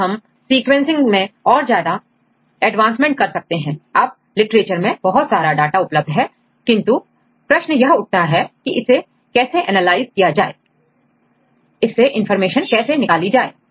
तो हम सीक्वेंसिंग में और ज्यादा एडवांसमेंट कर सकते हैं अब लिटरेचर में बहुत सारा डाटा उपलब्ध है किंतु प्रश्न यह उठता है की इसे कैसे एनालाइज किया जा इससे इंफॉर्मेशन कैसे निकाली जाए